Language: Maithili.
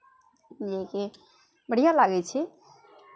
जेकि बढ़िआँ लागै छै